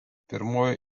pirmoji